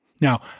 Now